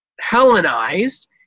Hellenized